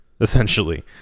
essentially